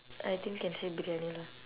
I think can say briyani lah